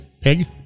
pig